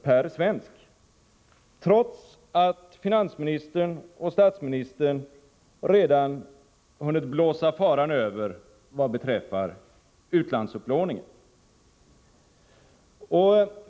per svensk, trots att finansministern och statsministern redan hunnit blåsa faran över vad beträffar utlandsupplåningen.